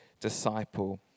disciple